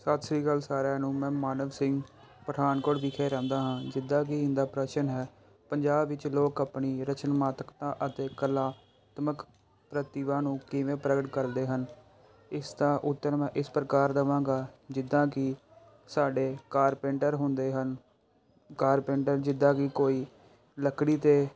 ਸਤਿ ਸ਼੍ਰੀ ਅਕਾਲ ਸਾਰਿਆਂ ਨੂੰ ਮੈਂ ਮਾਨਵ ਸਿੰਘ ਪਠਾਨਕੋਟ ਵਿਖੇ ਰਹਿੰਦਾ ਹਾਂ ਜਿੱਦਾਂ ਕਿ ਇਹਨਾਂ ਦਾ ਪ੍ਰਸ਼ਨ ਹੈ ਪੰਜਾਬ ਵਿੱਚ ਲੋਕ ਆਪਣੀ ਰਚਨ ਮਾਤਕਤਾ ਅਤੇ ਕਲਾਤਮਕ ਪ੍ਰਤਿਭਾ ਨੂੰ ਕਿਵੇਂ ਪ੍ਰਗਟ ਕਰਦੇ ਹਨ ਇਸ ਦਾ ਉੱਤਰ ਮੈਂ ਇਸ ਪ੍ਰਕਾਰ ਦਾਵਾਂਗਾ ਜਿੱਦਾਂ ਕਿ ਸਾਡੇ ਕਾਰਪੇਂਟਰ ਹੁੰਦੇ ਹਨ ਕਾਰਪੇਂਟਰ ਜਿੱਦਾਂ ਕਿ ਕੋਈ ਲੱਕੜੀ 'ਤੇ